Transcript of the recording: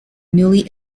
newly